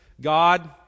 God